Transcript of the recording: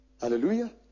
Hallelujah